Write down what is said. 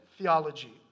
theology